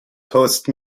تست